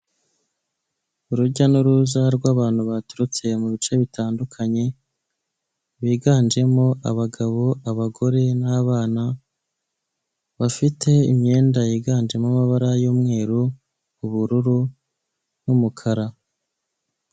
Urujya n'uruza rw'abantu baturutse mu bice bitandukanye biganjemo abagabo, abagore n'abana bafite imyenda yiganjemo amabara y'umweru, ubururu n'umukara.